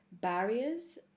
barriers